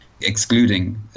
Excluding